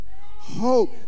Hope